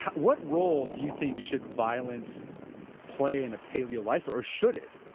what role do you think should violence play in a paleo life or should it,